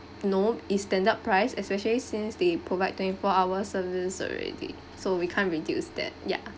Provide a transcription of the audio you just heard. no it's standard price especially since they provide twenty four hours service already so we can't reduce that ya